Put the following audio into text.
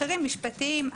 אחרים משפטיים.